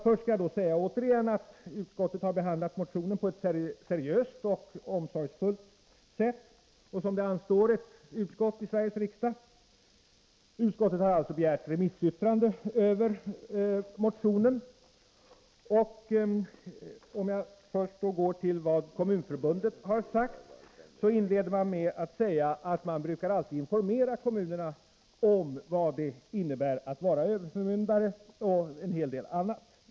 Först vill jag återigen säga att utskottet har behandlat motionen på ett seriöst och omsorgsfullt sätt, som det anstår ett utskott i Sveriges riksdag. Utskottet har alltså begärt remissyttranden över motionen. Kommunförbundet inleder sitt yttrande med att säga att man alltid brukar informera kommunerna om vad det innebär att vara överförmyndare — och en hel del annat.